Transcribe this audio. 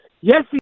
Yes